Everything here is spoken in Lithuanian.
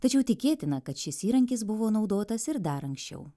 tačiau tikėtina kad šis įrankis buvo naudotas ir dar anksčiau